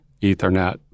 Ethernet